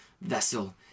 vessel